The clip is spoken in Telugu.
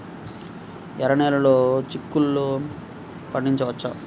ఎర్ర నెలలో చిక్కుల్లో పండించవచ్చా?